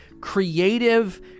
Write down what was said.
creative